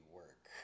work